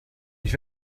ich